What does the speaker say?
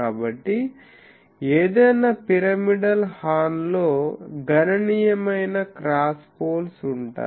కాబట్టి ఏదైనా pyramidal horn లో గణనీయమైన క్రాస్ పోల్స్ ఉంటాయి